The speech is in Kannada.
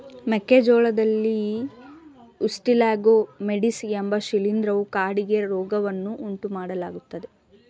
ಮೆಕ್ಕೆ ಜೋಳದಲ್ಲಿ ಉಸ್ಟಿಲಾಗೊ ಮೇಡಿಸ್ ಎಂಬ ಶಿಲೀಂಧ್ರವು ಕಾಡಿಗೆ ರೋಗವನ್ನು ಉಂಟುಮಾಡ್ತದೆ